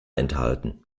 enthalten